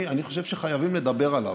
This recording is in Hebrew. אני חושב שחייבים לדבר עליו.